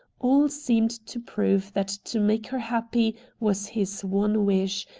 all seemed to prove that to make her happy was his one wish,